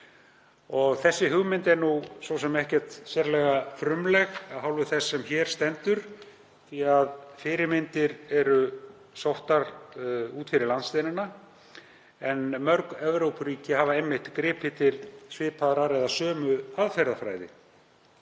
Þessi hugmynd er svo sem ekkert sérlega frumleg af hálfu þess sem hér stendur því að fyrirmyndir eru sóttar út fyrir landsteinana. Mörg Evrópuríki hafa einmitt gripið til svipaðrar eða sömu aðferðafræði.